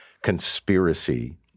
conspiracy